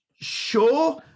sure